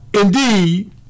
indeed